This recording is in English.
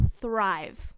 thrive